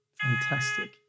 Fantastic